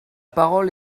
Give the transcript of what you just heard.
parole